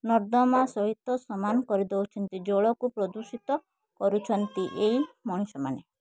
ନର୍ଦ୍ଦମା ସହିତ ସମାନ କରି ଦଉଛନ୍ତି ଜଳକୁ ପ୍ରଦୂଷିତ କରୁଛନ୍ତି ଏଇ ମଣିଷମାନେ